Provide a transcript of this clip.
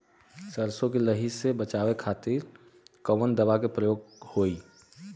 सरसो के लही से बचावे के खातिर कवन दवा के प्रयोग होई?